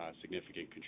significant